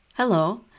Hello